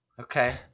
Okay